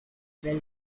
trial